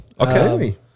Okay